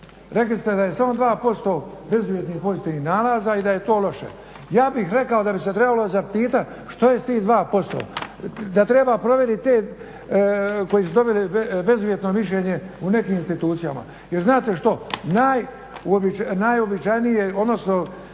Rekli ste da je samo 2% bezuvjetnih pozitivnih nalaza i da je to loše. Ja bih rekao da bi se trebalo zapitati što je s tih 2%, da treba provjeriti te koji su dobili bezuvjetno mišljenje u nekim institucijama. Jer znate što, najuobičajenije odnosno